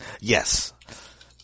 Yes